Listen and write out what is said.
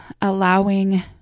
allowing